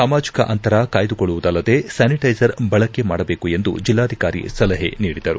ಸಾಮಾಜಿಕ ಅಂತರ ಕಾಯ್ದುಕೊಳ್ಳುವುದಲ್ಲದೇ ಸ್ಥಾನಿಟ್ಟೆಸರ್ ಬಳಕೆ ಮಾಡಬೇಕು ಎಂದು ಜಿಲ್ಲಾಧಿಕಾರಿ ಸಲಹೆ ನೀಡಿದರು